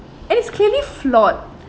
and it's clearly flawed